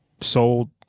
sold